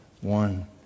one